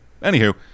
Anywho